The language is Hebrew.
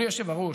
אדוני היושב-ראש,